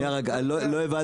שניה רגע לא הבנתי.